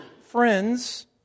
friends